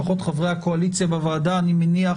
לפחות חברי הקואליציה בוועדה אני מניח